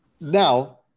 Now